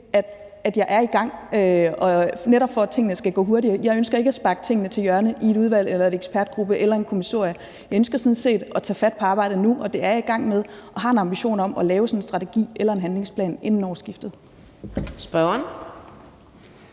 at jeg er i gang, og det er netop for, at tingene skal gå hurtigere. Jeg ønsker ikke at sparke tingene til hjørne i et udvalg eller i en ekspertgruppe eller i et kommissorium. Jeg ønsker sådan set at tage fat på arbejdet nu, og det er jeg i gang med, og jeg har en ambition om at lave sådan en strategi eller en handlingsplan inden årsskiftet. Kl.